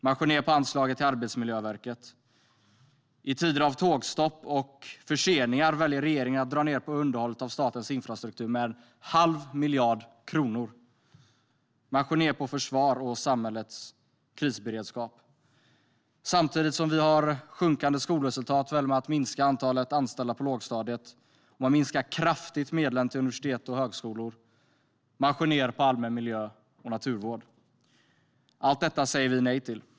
Man skär ned på anslaget till Arbetsmiljöverket. I tider av tågstopp och förseningar väljer regeringen att dra ned på underhållet av statens infrastruktur med en halv miljard kronor. Man skär ned på försvar och samhällets krisberedskap. Samtidigt som skolresultaten sjunker väljer man att minska antalet anställda på lågstadiet, och man minskar kraftigt medlen till universitet och högskolor. Man skär ned på allmän miljö och naturvård. Allt detta säger vi nej till.